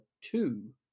two